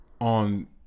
on